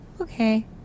Okay